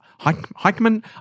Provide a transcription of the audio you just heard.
Heikman